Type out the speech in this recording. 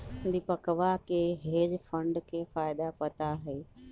दीपकवा के hedge fund के फायदा पता हई